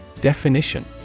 Definition